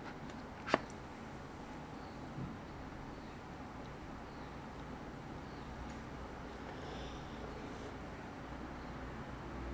I feel the products are cheaper and they are more environmental friendly so 你用你用完了你的 products right 你的那个 container 你可以去换